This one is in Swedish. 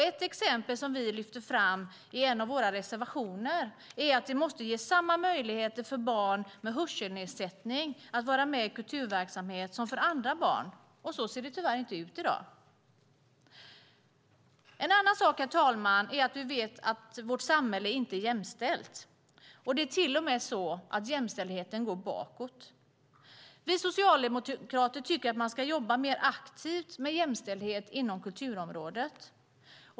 Ett exempel som vi lyfter fram i en av våra reservationer är att det måste ges samma möjligheter för barn med hörselnedsättning att vara med i kulturverksamhet som för andra barn. Så ser det tyvärr inte ut i dag. Herr talman! En annan sak är att vi vet att vårt samhälle inte är jämställt, och det är till och med så att jämställdheten går bakåt. Vi socialdemokrater tycker att man ska jobba mer aktivt med jämställdhet inom kulturområdet.